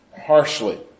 harshly